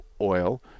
oil